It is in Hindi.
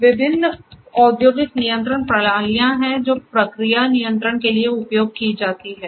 तो विभिन्न औद्योगिक नियंत्रण प्रणालियां हैं जो प्रक्रिया नियंत्रण के लिए उपयोग की जाती हैं